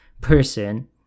person